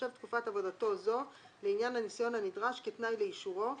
תיחשב תקופת עבודתו זו לעניין הניסיון הנדרש כתנאי לאישורו,